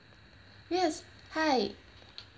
yes hi